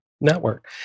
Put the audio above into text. network